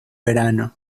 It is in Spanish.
verano